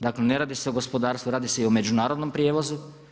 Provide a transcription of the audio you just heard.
Dakle, ne radi se o gospodarstvu, radi se i o međunarodnom prijevozu.